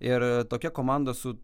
ir tokia komanda su